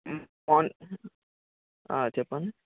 morning చెప్పండి